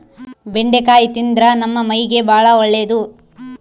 ಬೆಂಡಿಕಾಯಿ ತಿಂದ್ರ ನಮ್ಮ ಮೈಗೆ ಬಾಳ ಒಳ್ಳೆದು